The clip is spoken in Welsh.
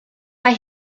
mae